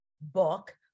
book